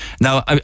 Now